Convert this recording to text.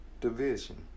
division